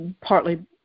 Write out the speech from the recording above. partly